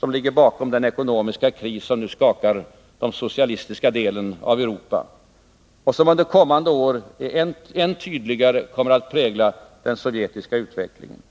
som ligger bakom den ekonomiska kris som nu skakar den socialistiska delen av Europa och som under kommande år än tydligare kommer att prägla den sovjetiska utvecklingen.